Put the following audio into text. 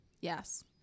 yes